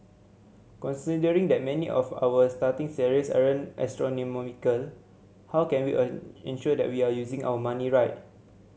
considering that many of our starting salaries astronomical how can we ensure that we are using our money right